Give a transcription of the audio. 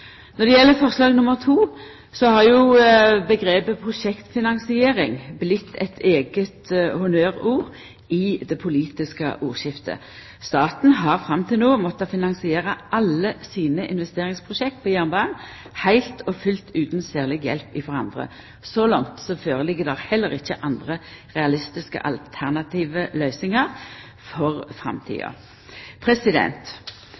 Når det gjeld forslag nr. 2, har jo omgrepet «prosjektfinansiering» blitt eit eige honnørord i det politiske ordskiftet. Staten har fram til no måtta finansiera alle sine investeringsprosjekt for jernbanen heilt og fullt utan særleg hjelp frå andre. Så langt ligg det heller ikkje føre andre realistiske alternative løysingar for